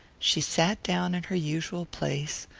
she sat down in her usual place,